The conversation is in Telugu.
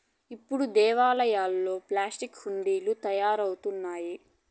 ఇప్పుడు దేవాలయాల్లో ప్లాస్టిక్ హుండీలు తయారవుతున్నాయి